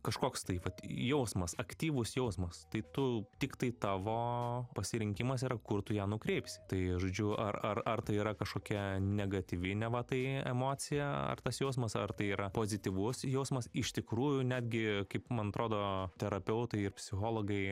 kažkoks tai vat jausmas aktyvus jausmas tai tu tiktai tavo pasirinkimas yra kur tu ją nukreipsi tai žodžiu ar ar ar tai yra kažkokia negatyvi neva tai emocija ar tas jausmas ar tai yra pozityvus jausmas iš tikrųjų netgi kaip man atrodo terapeutai ir psichologai